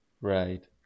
right